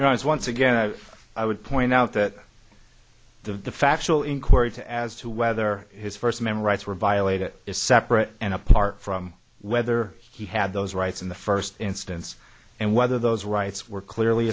was once again i would point out that the factual inquiry to as to whether his first memorize were violated is separate and apart from whether he had those rights in the first instance and whether those rights were clearly